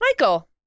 Michael